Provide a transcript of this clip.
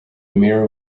mirror